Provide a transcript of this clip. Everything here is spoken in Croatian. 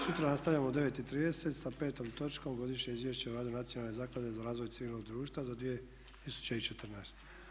Sutra nastavljamo u 9,30 sa 5. točkom Godišnje izvješće o radu Nacionalne zaklade za razvoj civilnog društva za 2014.